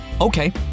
Okay